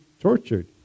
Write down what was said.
tortured